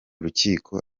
rukiko